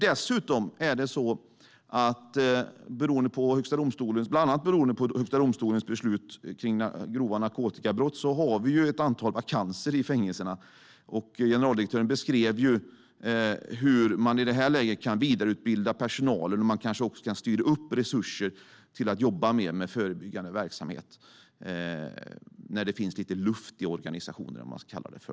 Dessutom har vi, bland annat beroende på Högsta domstolens beslut om grova narkotikabrott, ett antal vakanser i fängelserna. Generaldirektören beskrev hur man i det här läget kan vidareutbilda personalen och kanske också styra upp resurser till att jobba mer med förebyggande verksamhet när det finns lite luft i organisationen, eller vad man ska kalla det.